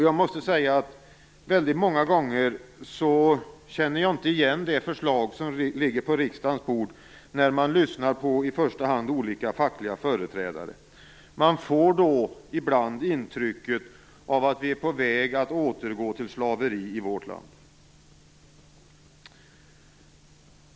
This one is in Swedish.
Jag måste säga att jag väldigt många gånger inte känner igen det förslag som ligger på riksdagens bord när jag lyssnar på i första hand olika fackliga företrädare. Man får ibland intrycket att vi skulle vara på väg att återgå till slaveri i vårt land.